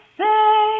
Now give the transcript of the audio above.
say